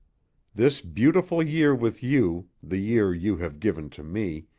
this beautiful year with you, the year you have given to me,